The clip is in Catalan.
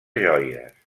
joies